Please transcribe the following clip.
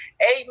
amen